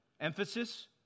Emphasis